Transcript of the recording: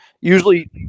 usually